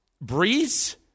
Breeze